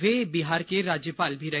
वे बिहार के राज्यपाल भी रहे